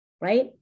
Right